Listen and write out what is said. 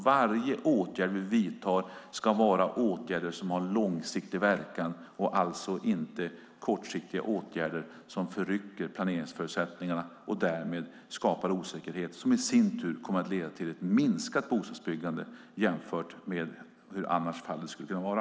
Varje åtgärd vi vidtar ska vara en åtgärd som har en långsiktig verkan. Det ska inte vara några kortsiktiga åtgärder som förrycker planeringsförutsättningarna och därmed skapar osäkerhet som i sin tur kommer att leda till ett minskat bostadsbyggande jämfört med hur fallet annars skulle kunna vara.